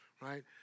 right